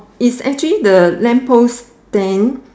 it's actually the lamp post bend